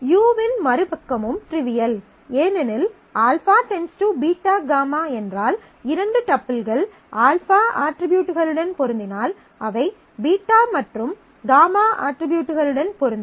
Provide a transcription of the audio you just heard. U வின் மறுபக்கமும் trivial ஏனெனில் α → β γ என்றால் இரண்டு டப்பிள்கள் α அட்ரிபியூட்களுடன் பொருந்தினால் அவை β மற்றும் γ அட்ரிபியூட்களுடன் பொருந்தும்